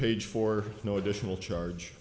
page for no additional charge